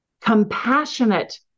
compassionate